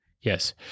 Yes